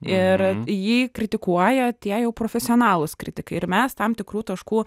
ir jį kritikuoja tie jau profesionalūs kritikai ir mes tam tikrų taškų